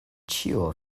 ĉio